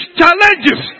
challenges